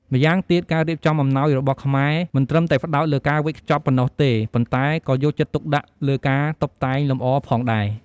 ម្យ៉ាងទៀត ការរៀបចំអំណោយរបស់ខ្មែរ មិនត្រឹមតែផ្តោតលើការវេចខ្ចប់ប៉ុណ្ណោះទេ ប៉ុន្តែក៏យកចិត្តទុកដាក់លើការតុបតែងលម្អផងដែរ។